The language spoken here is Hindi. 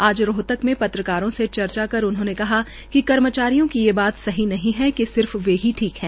आज रोहतक में पत्रकारों से चर्चा कर उन्होंने कहा कि कर्मचारियों की ये ये बात सही नहीं है कि सिर्फ वे ही ठीक है